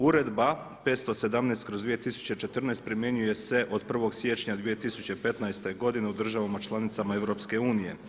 Uredba 517/2014 primjenjuje se od 1. siječnja 2015. godine u državama članicama EU.